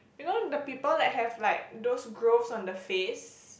you know the people that have like those growth on the face